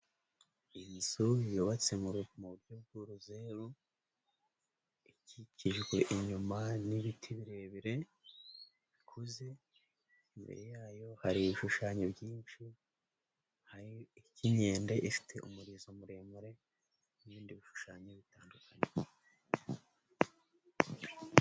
Inzu yubatse mu buryo bw'uruzeru, ikikijwe inyuma n'ibiti birebire bikuze, imbere yayo hari ibishushanyo byinshi, hari ik'inkende ifite umurizo muremure n'ibindi bishushanyo bitandukanye.